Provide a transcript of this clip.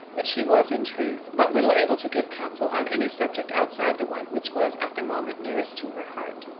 but she was, in truth, but little able to give counsel on any subject outside the one which was at the moment nearest to her heart.